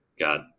God